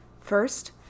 First